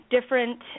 different –